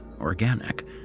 organic